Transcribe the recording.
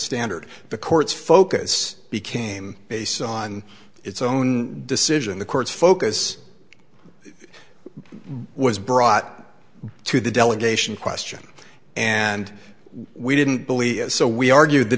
standard the court's focus became based on its own decision the court's focus was brought to the delegation question and we didn't believe it so we argued the